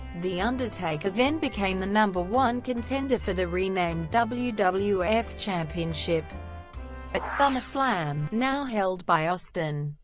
the undertaker then became the number one contender for the renamed wwf wwf championship at summerslam, now held by austin.